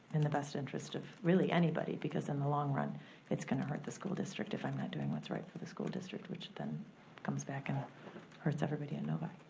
in the best interest of really anybody because in the long run it's gonna hurt the school district if i'm not doing what's right for the school district, which then comes back and hurts everybody at novi.